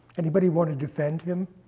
anybody want to defend him?